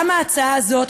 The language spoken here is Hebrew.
גם ההצעה הזאת,